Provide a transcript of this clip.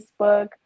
Facebook